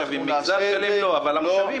מגזר שלם לא, אבל המושבים כן.